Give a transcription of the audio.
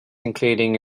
including